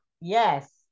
Yes